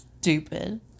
Stupid